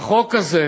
החוק הזה,